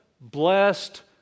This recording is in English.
blessed